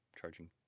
charging